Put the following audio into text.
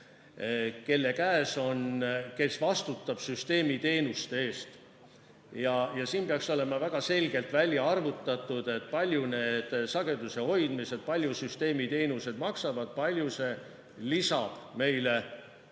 andma Elering, kes vastutab süsteemi teenuste eest. Ja siin peaks olema väga selgelt välja arvutatud, kui palju sageduse hoidmine, kui palju süsteemi teenused maksavad, kui palju see lisab meile